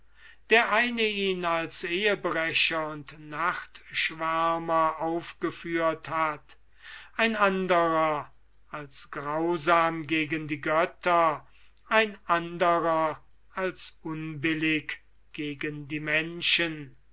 der eine ihn als ehebrecher und nachtschwärmer aufgeführt hat ein anderer als grausam gegen die götter ein anderer als unbillig gegen die menschen